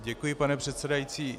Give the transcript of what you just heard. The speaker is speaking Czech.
Děkuji, pane předsedající.